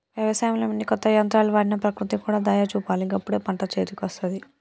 వ్యవసాయంలో ఎన్ని కొత్త యంత్రాలు వాడినా ప్రకృతి కూడా దయ చూపాలి గప్పుడే పంట చేతికొస్తది